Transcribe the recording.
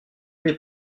des